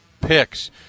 picks